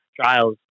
trials